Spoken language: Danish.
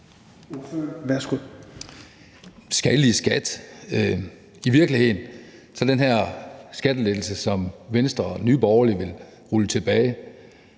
Ravn (S): I virkeligheden har den her skattelettelse, som Venstre og Nye Borgerlige vil rulle tilbage,